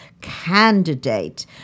candidate